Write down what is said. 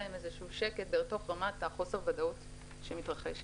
להם איזשהו שקט ברמת חוסר הוודאות שמתרחשת.